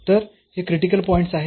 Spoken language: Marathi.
तर हे क्रिटिकल पॉईंट्स आहेत